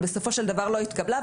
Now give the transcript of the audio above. בסופו של דבר לא התקבלה,